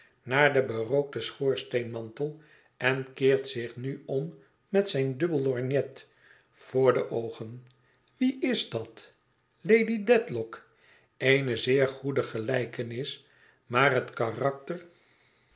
naar den berookten schoorsteenmantel en keert zich nu om met zijn dubbel lorgnet voor de oogen wie is dat lady dedlock eene zeer goede gelijkenis maar het karakter